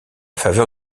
faveur